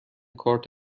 کارت